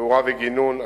תאורה וגינון.